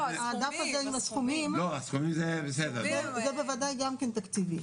הדף הזה עם הסכומים זה בוודאי גם כן תקציבי.